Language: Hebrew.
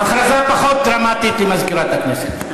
הודעה פחות דרמטית למזכירת הכנסת.